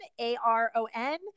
A-R-O-N